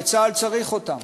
וצה"ל צריך אותם.